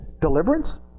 deliverance